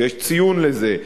ויש ציון לזה,